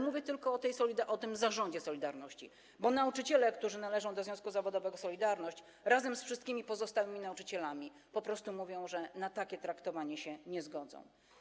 Mówię tu tylko o zarządzie „Solidarności”, bo nauczyciele, którzy należą do związku zawodowego „Solidarność”, razem z wszystkimi pozostałymi nauczycielami po prostu mówią, że na takie traktowanie się nie zgodzą.